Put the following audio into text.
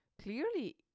clearly